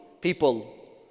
people